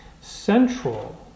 central